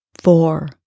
four